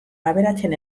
aberatsen